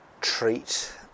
treat